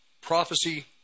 prophecy